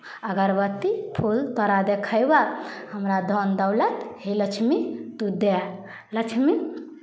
अगरबत्ती फूल तोरा देखयबह हमरा धन दौलत हे लक्ष्मी तु दए लक्ष्मी